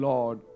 Lord